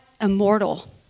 immortal